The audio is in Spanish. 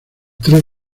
tres